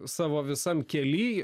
savo visam kely